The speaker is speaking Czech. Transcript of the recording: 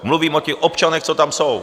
Mluvím o těch občanech, co tam jsou.